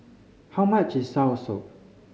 how much is soursop